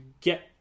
get